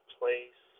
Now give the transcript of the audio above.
place